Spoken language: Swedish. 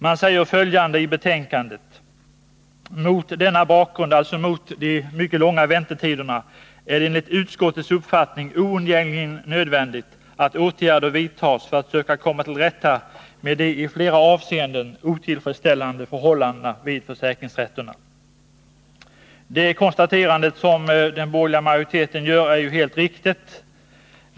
Man säger följande i betänkandet: ”Mot denna bakgrund” — här avses de mycket långa väntetiderna — ”är det enligt utskottets uppfattning oundgängligen nödvändigt att åtgärder vidtas för att söka komma till rätta med de i flera avseenden otillfredsställande förhållandena vid försäkringsrätterna.” Det konstaterande som den borgerliga utskottsmajoriteten gör är helt riktigt.